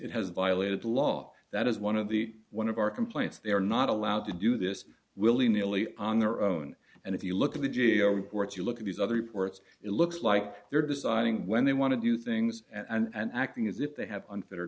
it has violated the law that is one of the one of our complaints they are not allowed to do this willy nilly on their own and if you look at the g a o reports you look at these other reports it looks like they're deciding when they want to do things and acting as if they have unf